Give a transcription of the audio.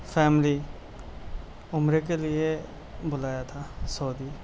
family عمرے کے لیے بُلایا تھا سودی